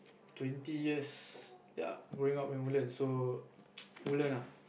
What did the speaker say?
twenty yes ya going up to Woodlands so Woodlands ah